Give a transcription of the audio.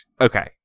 Okay